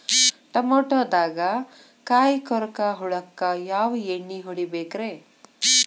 ಟಮಾಟೊದಾಗ ಕಾಯಿಕೊರಕ ಹುಳಕ್ಕ ಯಾವ ಎಣ್ಣಿ ಹೊಡಿಬೇಕ್ರೇ?